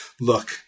look